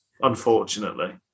unfortunately